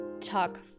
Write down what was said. talk